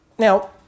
Now